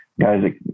guys